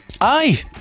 aye